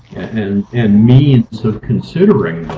and and means of considering,